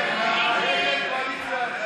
ההסתייגות